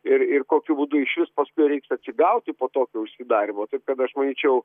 ir ir kokiu būdu išvis paskui reiks atsigauti po tokio užsidarymo taip kad aš manyčiau